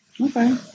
Okay